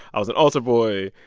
i was an altar boy.